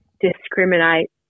discriminate